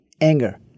anger